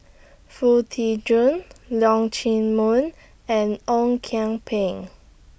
Foo Tee Jun Leong Chee Mun and Ong Kian Peng